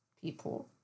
people